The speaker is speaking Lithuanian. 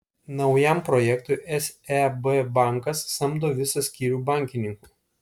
naujam projektui seb bankas samdo visą skyrių bankininkų